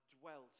dwelt